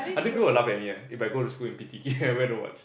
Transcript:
I think people will laugh at me eh if I go school in p_t kit then I wear the watch